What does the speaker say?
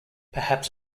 perhaps